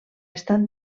estat